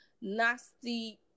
nasty